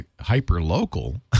hyper-local